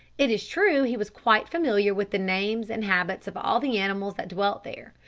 it is true he was quite familiar with the names and habits of all the animals that dwelt there,